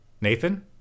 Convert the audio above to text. Nathan